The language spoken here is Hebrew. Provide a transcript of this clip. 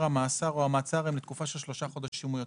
המאסר או המעצר הם לתקופה של שלושה חודשים או יותר.